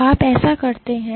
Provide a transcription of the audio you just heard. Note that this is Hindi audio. तो आप ऐसा कैसे करते हैं